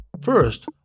First